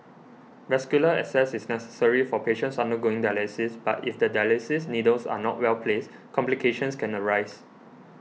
vascular access is necessary for patients undergoing dialysis but if the dialysis needles are not well placed complications can arise